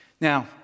Now